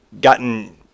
gotten